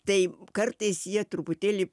tai kartais jie truputėlį